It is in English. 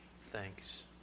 thanks